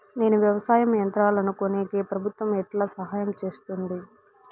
నేను వ్యవసాయం యంత్రాలను కొనేకి ప్రభుత్వ ఎట్లా సహాయం చేస్తుంది?